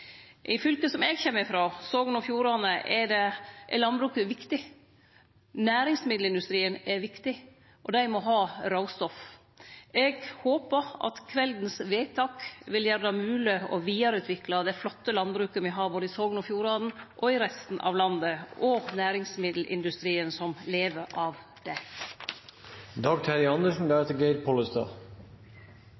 det fylket som eg kjem frå, Sogn og Fjordane, er landbruket viktig. Næringsmiddelindustrien er viktig – og dei må ha råstoff. Eg håpar at vedtaka i kveld vil gjere det mogleg å vidareutvikle det flotte landbruket me har, både i Sogn og Fjordane og i resten av landet, og næringsmiddelindustrien, som lever av